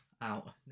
out